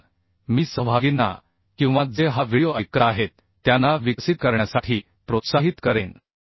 म्हणून मी सहभागींना किंवा जे हा व्हिडिओ ऐकत आहेत त्यांना विकसित करण्यासाठी प्रोत्साहित करेन